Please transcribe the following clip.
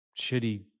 shitty